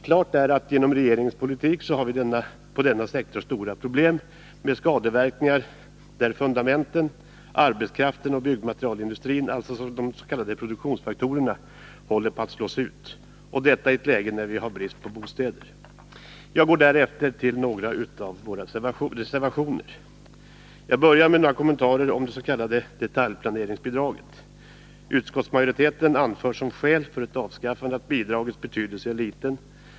Klart är att genom regeringens politik har vi på denna sektor stora problem, och skadeverkningarna blir betydande när fundamenten, arbetskraften, byggmaterielindustrin, alltså de s.k. produktionsfaktorerna, slås ut — och detta i ett läge där vi har brist på bostäder. Jag övergår härefter till att kommentera några av våra reservationer, och jag börjar med några kommentarer till det s.k. detaljplaneringsbidraget. Utskottsmajoriteten anför som skäl för ett avskaffande att bidragets betydelse är liten.